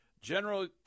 General